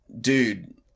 dude